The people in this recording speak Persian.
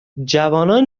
جوانان